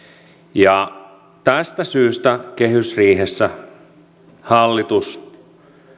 tästä syystä kehysriihessä hallitus